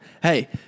Hey